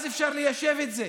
אז אפשר ליישב את זה,